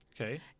Okay